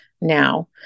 now